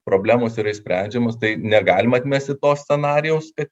problemos yra išsprendžiamos tai negalima atmesti to scenarijaus kad